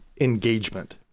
engagement